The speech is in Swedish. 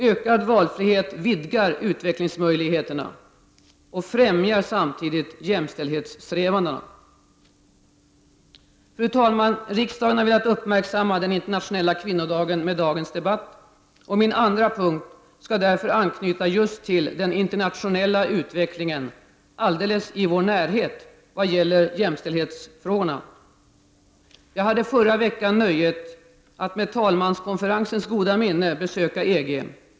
Ökad valfrihet vidgar utvecklingsmöjligheterna och främjar samtidigt jämställdhetssträvandena. Fru talman! Riksdagen har velat uppmärksamma den internationella kvinnodagen med dagens debatt. Min andra punkt skall därför anknyta just till den internationella utvecklingen alldeles i vår närhet vad gäller jämställdhetsfrågorna. Jag hade förra veckan nöjet att med talmanskonferensens goda minne besöka EG-parlamentet.